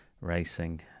racing